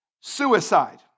suicide